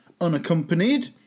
Unaccompanied